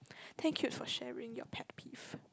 thank you for sharing your pet peeve